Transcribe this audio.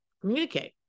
communicate